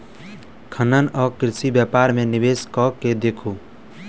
खनन आ कृषि व्यापार मे निवेश कय के देखू